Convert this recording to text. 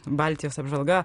baltijos apžvalga